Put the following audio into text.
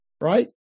right